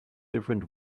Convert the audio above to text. different